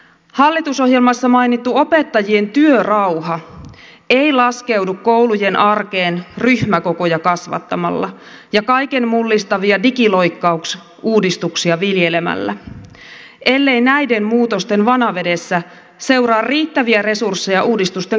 hallitusohjelmassa mainittu opettajien työrauha ei laskeudu koulujen arkeen ryhmäkokoja kasvattamalla ja kaiken mullistavia digiloikkausuudistuksia viljelemällä ellei näiden muutosten vanavedessä seuraa riittäviä resursseja uudistusten kohtaamiseen